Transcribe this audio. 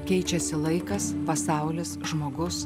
keičiasi laikas pasaulis žmogus